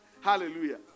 Hallelujah